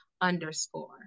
underscore